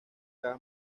cada